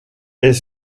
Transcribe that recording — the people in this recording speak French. est